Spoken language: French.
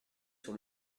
sur